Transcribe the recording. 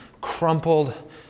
crumpled